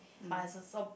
but it's also